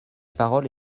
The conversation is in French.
parole